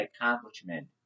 accomplishment